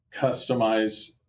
customize